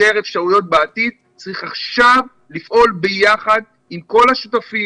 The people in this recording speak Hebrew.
אחר כך היו כניסות לבידוד בגילאי 3 עד 6 עקב מדריכים מאומתים.